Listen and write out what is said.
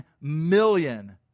million